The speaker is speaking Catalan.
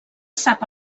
sap